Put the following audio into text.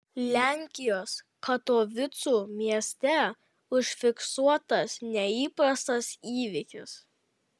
lenkijos katovicų mieste užfiksuotas neįprastas įvykis